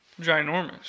ginormous